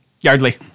Yardley